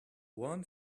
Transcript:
one